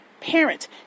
parent